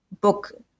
book